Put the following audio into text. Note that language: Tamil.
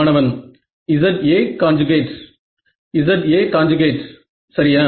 மாணவன் Za Za சரியா